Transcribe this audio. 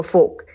Folk